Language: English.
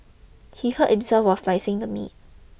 he hurt himself while slicing the meat